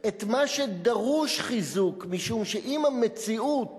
את מה שדרוש חיזוק, משום שאם המציאות